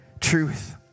truth